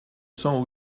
sent